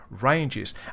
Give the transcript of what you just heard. ranges